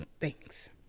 thanks